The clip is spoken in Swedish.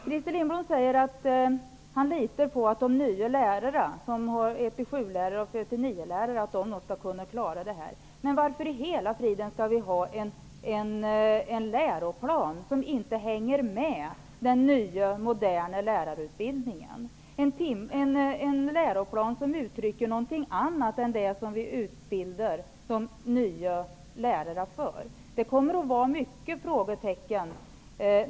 Christer Lindblom säger att han litar på att de nya lärarna, dvs. i årskurs 1--7 och 4--9, skall klara det här. Men varför skall en läroplan införas som inte hänger med den nya, moderna lärarutbildningen, som uttrycker någonting annat än det som de nya lärarna utbildas för?